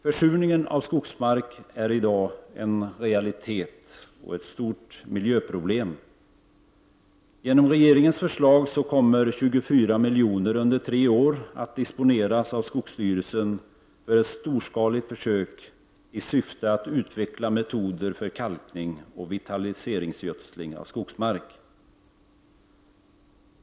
Försurningen av skogsmark är i dag en realitet och ett stort miljöproblem. Genom regeringens förslag kommer 24 milj.kr. under tre år att disponeras av skogsvårdsstyrelsen för ett storskaligt försök i syfte att utveckla metoder för kalkning och vitaliseringsgödsling av skogsmark.